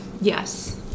yes